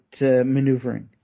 maneuvering